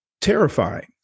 terrifying